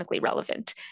relevant